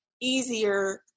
easier